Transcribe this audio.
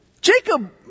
Jacob